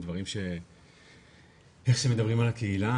דברים איך שמדברים על הקהילה,